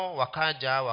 wakaja